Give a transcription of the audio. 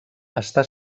està